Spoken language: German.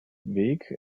weg